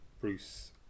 Bruce